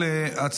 נתקבלה.